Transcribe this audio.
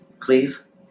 please